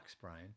Brian